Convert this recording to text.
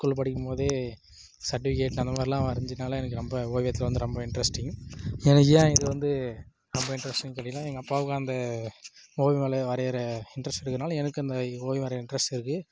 school படிக்கும்மோதே certificate அந்த மாதிரிலான் வரஞ்சனால எனக்கு ரொம்ப ஓவியத்தில் வந்து ரொம்ப இன்ட்ரஸ்டிங் எனக்கு ஏன் இது வந்து ரொம்ப இன்ட்ரஸ்டிங் சொல்லினா எங்கள் அப்பாவுக்கும் அந்த ஓவியங்களை வரையிற இன்ட்ரஸ்ட் இருக்கிறனால எனக்கு அந்த ஓவியம் வரைய இன்ட்ரஸ்ட் இருக்கு